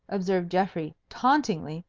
observed geoffrey, tauntingly.